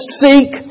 seek